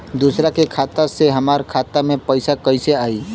दूसरा के खाता से हमरा खाता में पैसा कैसे आई?